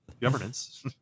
Governance